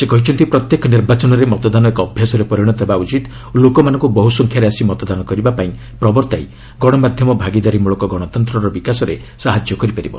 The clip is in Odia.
ସେ କହିଛନ୍ତି ପ୍ରତ୍ୟେକ ନିର୍ବାଚନରେ ମତଦାନ ଏକ ଅଭ୍ୟାସରେ ପରିଣତ ହେବା ଉଚିତ ଓ ଲୋକମାନଙ୍କୁ ବହୁ ସଂଖ୍ୟାରେ ଆସି ମତଦାନ କରିବାପାଇଁ ପ୍ରବର୍ତ୍ତାଇ ଗଣମାଧ୍ୟମ ଭାଗିଦାରୀମଳକ ଗଣତନ୍ତ୍ରର ବିକାଶରେ ସାହାଯ୍ୟ କରିପାରିବ